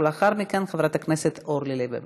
ולאחר מכן, חברת הכנסת אורלי לוי אבקסיס.